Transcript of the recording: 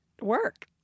work